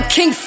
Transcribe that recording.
King